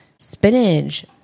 spinach